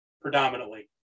predominantly